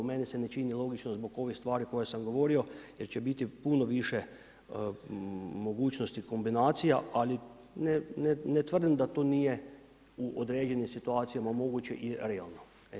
Meni se ne čini logično zbog ovih stvari koje sam govorio, jer će biti puno više mogućnosti kombinacija ali ne tvrdim da to nije u određenim situacijama moguće i realno.